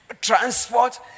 transport